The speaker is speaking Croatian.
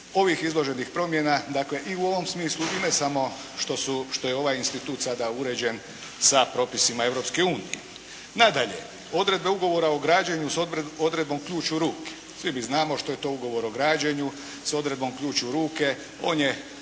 ovih izloženih promjena i u ovom smislu i ne samo što je ovaj institut uređene sa propisima Europske unije. Nadalje, odredbe ugovora o građenju s odredbom ključ u ruke. Svi mi znamo što je to ugovor o građenju s odredbom ključ u ruke.